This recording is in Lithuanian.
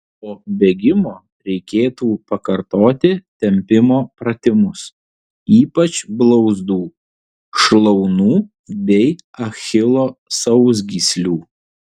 po bėgimo reikėtų pakartoti tempimo pratimus ypač blauzdų šlaunų bei achilo sausgyslių